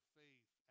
faith